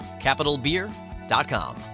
Capitalbeer.com